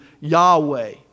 Yahweh